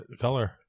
color